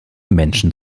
menschen